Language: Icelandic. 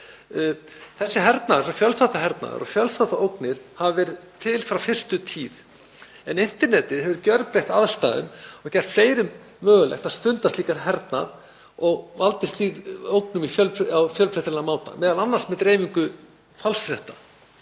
Þessi hernaður, fjölþáttahernaður og fjölþáttaógnir, hefur verið til frá fyrstu tíð en internetið hefur gjörbreytt aðstæðum og gert fleirum mögulegt að stunda slíkan hernað og valda ógn á fjölbreyttan máta, m.a. með dreifingu falsfrétta.